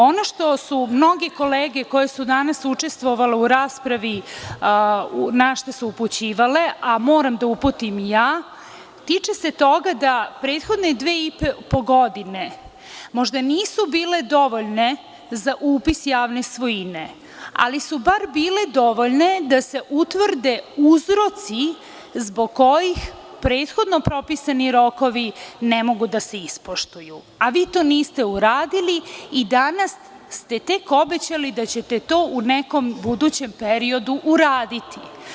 Ono na šta su mnoge kolege koje su danas učestvovale u raspravi upućivale, a moram da uputim i ja, tiče se toga da prethodne dve i po godine možda nisu bile dovoljne za upis javne svojine, ali su bar bile dovoljne da se utvrde uzroci zbog kojih prethodno propisani rokovi ne mogu da se ispoštuju, a vi to niste uradili i danas ste tek obećali da ćete to u nekom budućem periodu uraditi.